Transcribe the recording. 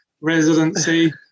residency